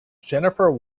jennifer